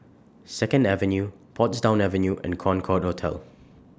Second Avenue Portsdown Avenue and Concorde Hotel